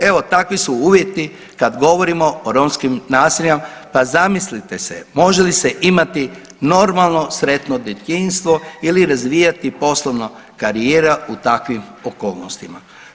Evo takvi su uvjeti kad govorimo o romskim naseljima, pa zamislite se može li se imati normalno sretno djetinjstvo ili razvijati poslovno karijera u takvim okolnostima?